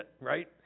right